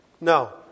No